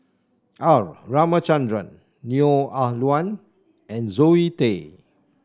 R Ramachandran Neo Ah Luan and Zoe Tay